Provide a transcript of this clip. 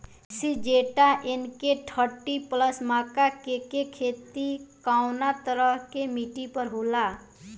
Syngenta NK thirty plus मक्का के के खेती कवना तरह के मिट्टी पर होला?